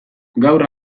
gaur